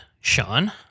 Sean